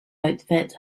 outfit